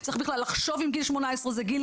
צריך בכלל לחשוב האם גיל 18 זה גיל